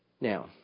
Now